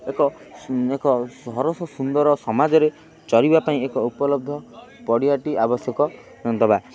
ଏକ ସ ଏକ ସରସ ସୁନ୍ଦର ସମାଜରେ ଚରିବା ପାଇଁ ଏକ ଉପଲବ୍ଧ ପଡ଼ିଆ ଟି ଆବଶ୍ୟକ ଦବା